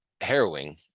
harrowing